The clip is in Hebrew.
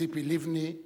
ציפי לבני,